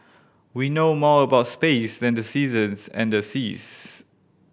we know more about space than the seasons and the seas